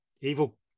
Evil